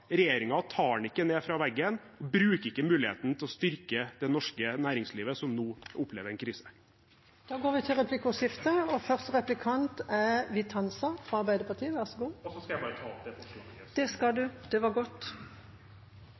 tar den ikke ned fra veggen, bruker ikke muligheten til å styrke det norske næringslivet, som nå opplever en krise.